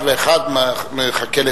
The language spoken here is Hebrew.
כי כל אחד ואחד מחכה לתורו.